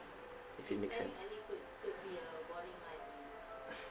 if it makes sense